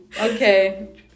Okay